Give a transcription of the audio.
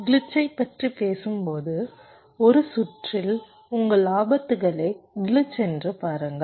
கிளிட்சைப் பற்றிப் பேசும்போது ஒரு சுற்றில் உங்கள் ஆபத்துகளே கிளிச் என்று பாருங்கள்